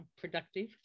productive